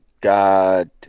God